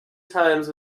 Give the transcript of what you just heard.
times